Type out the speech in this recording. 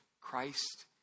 Christ